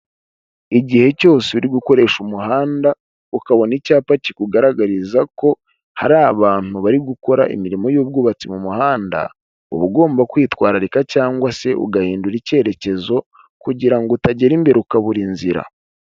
Igihe cyose uri gukoresha umuhanda ukabona icyapa kikugaragariza ko hari abantu bari gukora imirimo y'ubwubatsi mu muhanda, uba ugomba kwitwararika cyangwa se ugahindura icyerekezo, kugira ngo utagera imbere ukabura inzira.